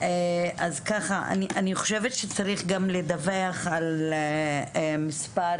אני חושבת שצריך גם לדווח על מספר